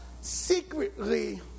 Secretly